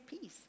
peace